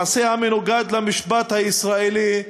מעשה המנוגד למשפט הישראלי,